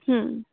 હં